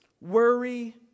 Worry